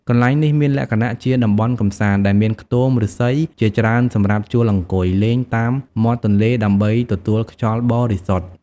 កន្លែងនេះមានលក្ខណៈជាតំបន់កម្សាន្តដែលមានខ្ទមឫស្សីជាច្រើនសម្រាប់ជួលអង្គុយលេងតាមមាត់ទន្លេដើម្បីទទួលខ្យល់បរិសុទ្ធ។